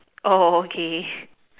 okay